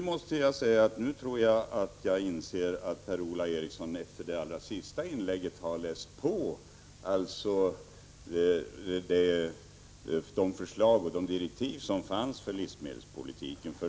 Herr talman! Efter Per-Ola Erikssons sista inlägg måste jag säga att jag inser att han har läst på förslagen och direktiven för livsmedelspolitiken.